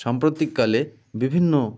সাম্প্রতিককালে বিভিন্ন